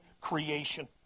creation